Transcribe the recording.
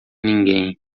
ninguém